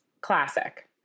classic